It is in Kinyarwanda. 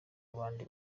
abandi